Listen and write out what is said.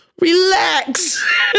relax